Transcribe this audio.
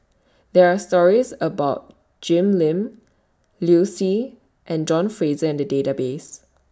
There Are stories about Jim Lim Liu Si and John Fraser in The Database